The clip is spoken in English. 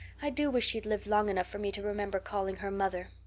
i do wish she'd lived long enough for me to remember calling her mother.